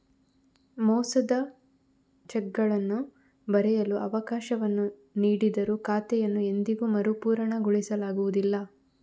ಮೋಸದ ಚೆಕ್ಗಳನ್ನು ಬರೆಯಲು ಅವಕಾಶವನ್ನು ನೀಡಿದರೂ ಖಾತೆಯನ್ನು ಎಂದಿಗೂ ಮರುಪೂರಣಗೊಳಿಸಲಾಗುವುದಿಲ್ಲ